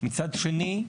מצד שני,